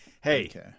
hey